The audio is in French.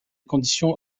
conditions